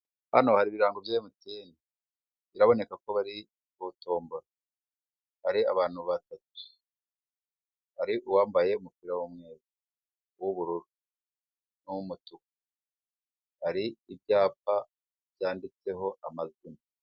Hano hari ibirango emutiyene, biraboneka ko hari totombora, hari abantu batatu, hari uwambaye umupira w'umweru w'ubururu umutuku, hari ibyapa byanditseho amazina.